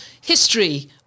history